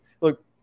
Look